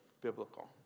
Biblical